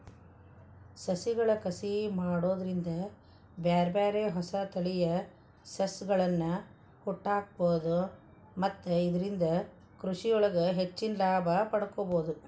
ಸಸಿಗಳ ಕಸಿ ಮಾಡೋದ್ರಿಂದ ಬ್ಯಾರ್ಬ್ಯಾರೇ ಹೊಸ ತಳಿಯ ಸಸಿಗಳ್ಳನ ಹುಟ್ಟಾಕ್ಬೋದು ಮತ್ತ ಇದ್ರಿಂದ ಕೃಷಿಯೊಳಗ ಹೆಚ್ಚಿನ ಲಾಭ ಪಡ್ಕೋಬೋದು